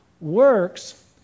works